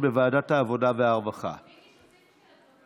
לוועדת העבודה והרווחה נתקבלה.